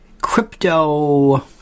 crypto